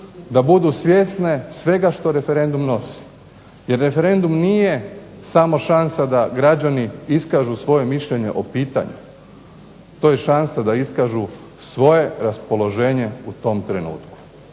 da budu svjesne svega što referendum nosi jer referendum nije samo šansa da građani iskažu svoje mišljenje o pitanju. To je šansa da iskažu svoje raspoloženje u tom trenutku.